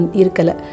irkala